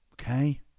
Okay